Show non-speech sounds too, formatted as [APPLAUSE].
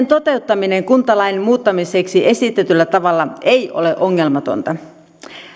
[UNINTELLIGIBLE] toteuttaminen kuntalain muuttamiseksi esitetyllä tavalla ei ole ongelmatonta